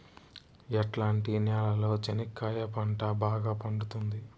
ఎట్లాంటి నేలలో చెనక్కాయ పంట బాగా పండుతుంది?